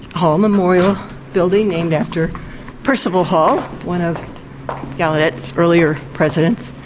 hall memorial building, named after percival hall, one of gallaudet's earlier presidents.